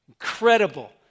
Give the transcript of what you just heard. Incredible